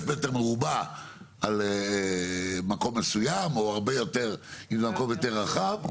מטר מרובע על מקום מסוים או הרבה יותר אם זה מקום יותר רחב.